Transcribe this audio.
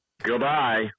goodbye